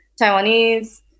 Taiwanese